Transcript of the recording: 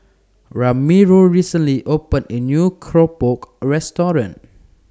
Ramiro recently opened A New Keropok Restaurant